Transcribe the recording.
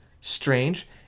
strange